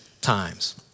times